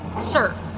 Sir